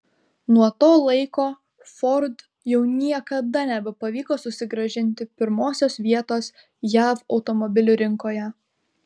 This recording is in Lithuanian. nuo to laiko ford jau niekada nebepavyko susigrąžinti pirmosios vietos jav automobilių rinkoje